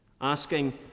asking